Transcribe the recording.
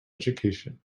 education